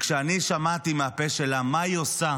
כשאני שמעתי מהפה שלה מה היא עושה